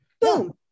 boom